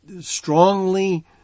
strongly